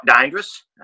dangerous